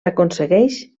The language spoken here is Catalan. aconsegueix